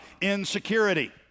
Insecurity